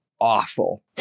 awful